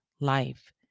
life